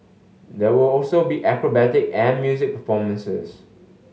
there will also be acrobatic and music performances